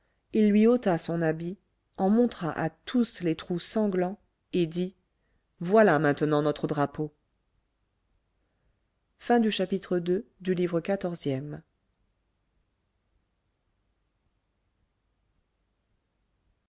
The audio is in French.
il lui ôta son habit en montra à tous les trous sanglants et dit voilà maintenant notre drapeau